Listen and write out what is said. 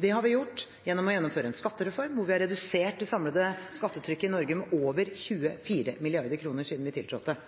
Det har vi gjort ved å gjennomføre en skattereform, hvor vi har redusert det samlede skattetrykket i Norge med over 24 mrd. kr siden vi tiltrådte.